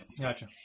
Gotcha